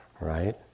right